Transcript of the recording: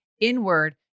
inward